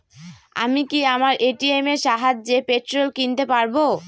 আমি কি আমার এ.টি.এম এর সাহায্যে পেট্রোল কিনতে পারব?